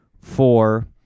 four